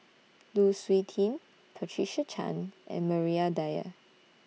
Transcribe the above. Lu Suitin Patricia Chan and Maria Dyer